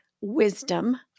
wisdom